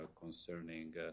concerning